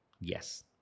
Yes